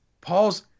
Paul's